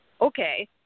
Okay